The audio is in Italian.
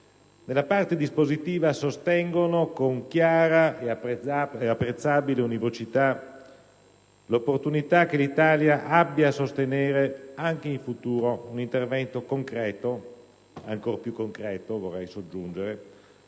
nella parte dispositiva sostengono con chiara e apprezzabile univocità l'opportunità che l'Italia abbia a sostenere anche in futuro un intervento concreto nell'azione multilaterale